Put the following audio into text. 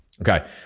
Okay